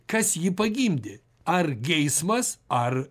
kas jį pagimdė ar geismas ar